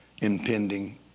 impending